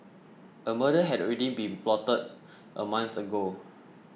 a murder had already been plotted a month ago